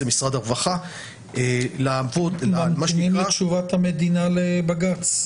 זה משרד הרווחה --- ממתינים לתשובת המדינה לבג"ץ.